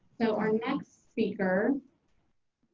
so our next speaker